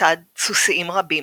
לצד סוסיים רבים.